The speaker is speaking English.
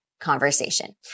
conversation